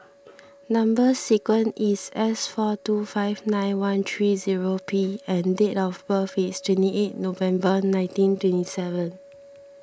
Number Sequence is S four two five nine one three zero P and date of birth is twenty eight November nineteen twenty seven